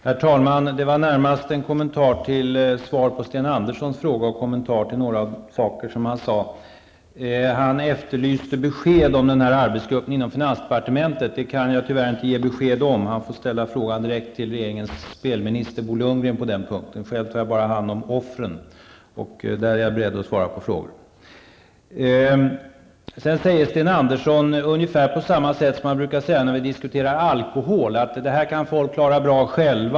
Herr talman! Jag vill närmast göra en kommentar med anledning av den fråga som Sten Andersson i Malmö ställde. Det gäller också ett par andra saker som han tog upp. Sten Andersson efterlyste besked om den arbetsgrupp inom finansdepartementet som han tidigare nämnt. Jag kan tyvärr inte ge något besked på den punkten. Sten Andersson får ställa frågan direkt till regeringens minister för spelfrågor. Själv tar jag bara hand om offren. I det sammanhanget är jag beredd att svara på frågor. Vidare uttrycker sig Sten Andersson på nästan samma sätt som han brukar uttala sig när vi diskuterar alkoholen, nämligen: Det här kan folk klara bra själva.